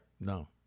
No